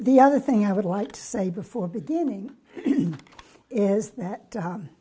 the other thing i would like to say before beginning is that